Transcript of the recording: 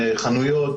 חנויות,